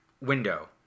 Window